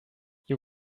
you